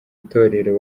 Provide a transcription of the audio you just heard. itorero